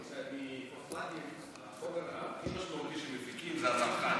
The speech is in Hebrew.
מפוספטים החומר הכי חשוב שמפיקים זה הזרחן.